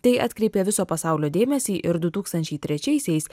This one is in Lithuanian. tai atkreipė viso pasaulio dėmesį ir du tūkstančiai trečiaisiais